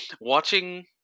watching